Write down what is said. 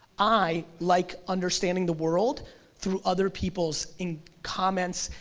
i like understanding the world through other people's in comments,